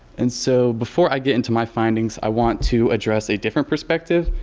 and so, before i get into my findings i want to address a different perspective.